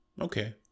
okay